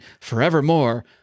forevermore